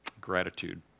Gratitude